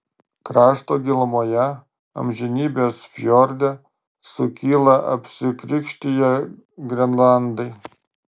krašto gilumoje amžinybės fjorde sukyla apsikrikštiję grenlandai